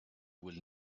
will